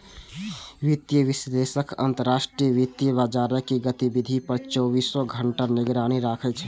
वित्तीय विश्लेषक अंतरराष्ट्रीय वित्तीय बाजारक गतिविधि पर चौबीसों घंटा निगरानी राखै छै